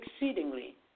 exceedingly